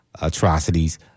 Atrocities